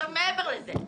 מעבר לזה,